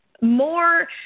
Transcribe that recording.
more